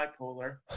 bipolar